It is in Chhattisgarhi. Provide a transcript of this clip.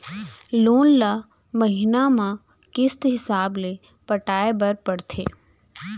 लोन ल महिना म किस्त हिसाब ले पटाए बर परथे